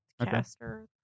caster